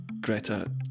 Greta